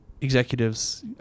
executives